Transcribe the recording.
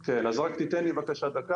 כן, רק תיתן לי בבקשה דקה